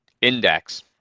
index